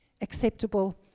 acceptable